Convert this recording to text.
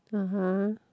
(uh huh)